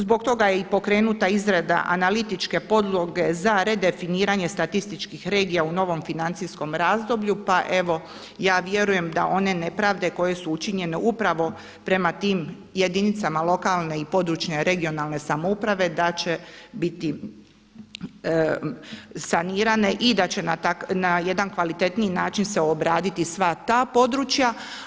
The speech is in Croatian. Zbog toga je i pokrenuta izrada analitičke podloge za redefiniranje statističkih regija u novom financijskom razdoblju pa evo ja vjerujem da one nepravde koje su učinjene upravo prema tim jedinice lokalne (regionalne) i područne samouprave da će biti sanirane i da će na jedan kvalitetniji način se obraditi sva ta područja.